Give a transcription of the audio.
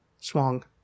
swung